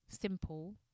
simple